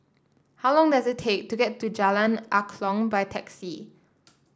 how long does it take to get to Jalan Angklong by taxi